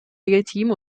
legitim